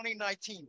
2019